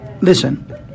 Listen